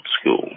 school